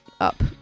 up